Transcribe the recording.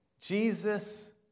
Jesus